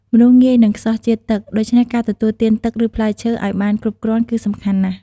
មនុស្សងាយនឹងខ្សោះជាតិទឹក ដូច្នេះការទទួលទានទឹក ឬផ្លែឈើឱ្យបានគ្រប់គ្រាន់គឺសំខាន់ណាស់។